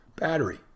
battery